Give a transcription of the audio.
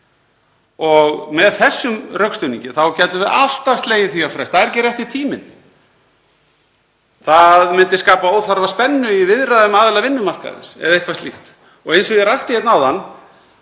og með þessum rökstuðningi þá gætum við alltaf slegið því á frest: Það er ekki rétti tíminn, það myndi skapa óþarfa spennu í viðræðum aðila vinnumarkaðarins eða eitthvað slíkt. Eins og ég rakti hérna áðan